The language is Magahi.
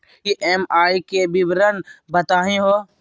ई.एम.आई के विवरण बताही हो?